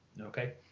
Okay